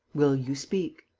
will you speak?